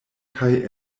kaj